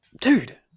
Dude